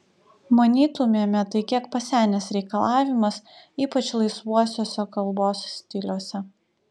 manytumėme tai kiek pasenęs reikalavimas ypač laisvuosiuose kalbos stiliuose